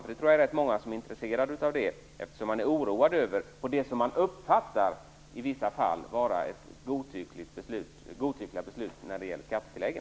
Jag tror att många är intresserade av det, eftersom man är oroad över det som man i vissa fall uppfattar vara godtyckliga beslut när det gäller skattetilläggen.